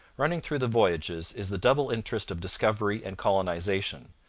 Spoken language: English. running through the voyages is the double interest of discovery and colonization,